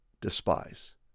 despise